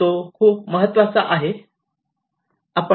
तो खूप महत्त्वाचा आहे